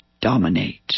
dominate